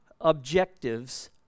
objectives